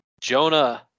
Jonah